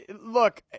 look